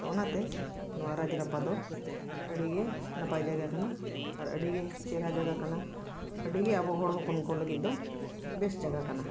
ᱛᱚ ᱚᱱᱟᱛᱮ ᱱᱚᱣᱟ ᱨᱟᱡᱽ ᱨᱟᱯᱟ ᱫᱚ ᱟᱹᱰᱤᱜᱮ ᱱᱟᱯᱟᱭ ᱡᱟᱭᱜᱟ ᱠᱟᱱᱟ ᱟᱨ ᱟᱹᱰᱤᱜᱮ ᱪᱮᱦᱨᱟ ᱡᱟᱭᱜᱟ ᱠᱟᱱᱟ ᱟᱹᱰᱤᱜᱮ ᱟᱵᱚ ᱦᱚᱲ ᱦᱚᱯᱚᱱᱠᱚ ᱞᱟᱹᱜᱤᱫ ᱫᱚ ᱵᱮᱥ ᱡᱟᱭᱜᱟ ᱠᱟᱱᱟ